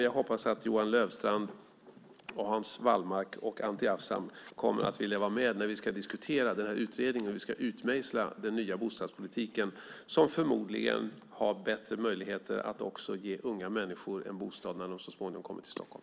Jag hoppas att Johan Löfstrand, Hans Wallmark och Anti Avsan kommer att vilja vara med när vi ska diskutera utredningen och hur vi ska utmejsla den nya bostadspolitiken, som förmodligen har bättre möjligheter att ge unga människor en bostad när de så småningom kommer till Stockholm.